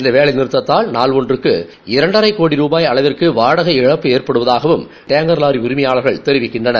இந்த வேலைநிறத்ததால் நாள் ஒன்றுக்கு இரண்டரை கோடி ருபாய் அளவுக்கு வாடகை இழப்பு எற்படுவதாகவும் டேங்கர் வாரி உரிமையாளர்கள் தெரிவிக்கின்றனர்